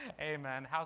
Amen